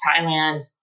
Thailand